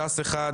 ש"ס אחד,